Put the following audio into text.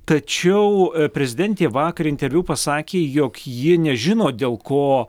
tačiau prezidentė vakar interviu pasakė jog ji nežino dėl ko